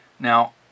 Now